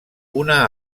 una